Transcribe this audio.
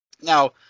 Now